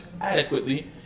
adequately